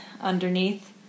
underneath